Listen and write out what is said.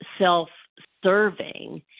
self-serving